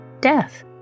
death